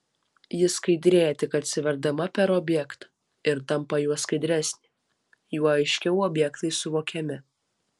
ji skaidrėja tik atsiverdama per objektą ir tampa juo skaidresnė juo aiškiau objektai suvokiami